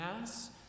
mass